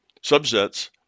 subsets